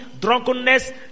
drunkenness